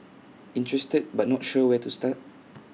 interested but not sure where to start